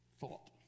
thought